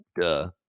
duh